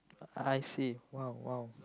I see !wow! !wow!